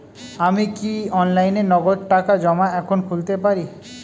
আমি কি অনলাইনে নগদ টাকা জমা এখন খুলতে পারি?